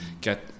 get